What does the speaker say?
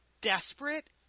desperate